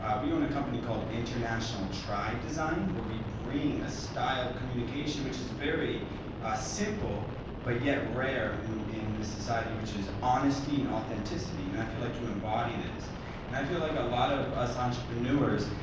we own a company called international tribe design where we bring a style of communication which is very ah simple but yet rare in in the society which is honesty and authenticity and i feel like you embody this and i feel like a lot of us entrepreneurs,